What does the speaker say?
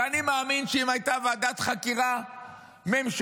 ואני מאמין שאם הייתה ועדת חקירה ממשלתית,